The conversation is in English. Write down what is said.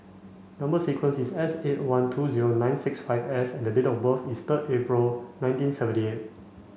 number sequence is S eight one two zero nine six five S and date of birth is third April nineteen seventy eight